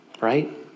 right